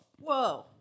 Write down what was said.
Whoa